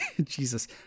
Jesus